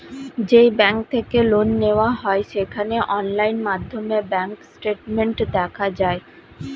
যেই ব্যাঙ্ক থেকে লোন নেওয়া হয় সেখানে অনলাইন মাধ্যমে ব্যাঙ্ক স্টেটমেন্ট দেখা যায়